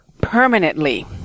permanently